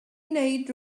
wneud